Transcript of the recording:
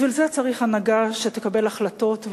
בשביל זה צריך הנהגה שתקבל החלטות,